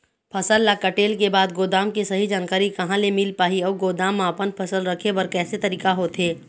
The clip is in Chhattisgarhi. फसल ला कटेल के बाद गोदाम के सही जानकारी कहा ले मील पाही अउ गोदाम मा अपन फसल रखे बर कैसे तरीका होथे?